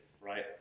right